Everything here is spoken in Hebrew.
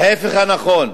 ההיפך הוא הנכון.